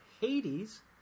Hades